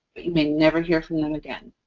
but you may never hear from them again.